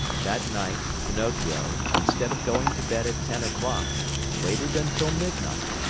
that night, pinocchio, instead of going to bed at ten o'clock waited until midnight,